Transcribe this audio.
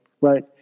right